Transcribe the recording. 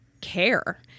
care